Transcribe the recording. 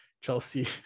Chelsea